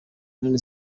none